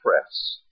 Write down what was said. press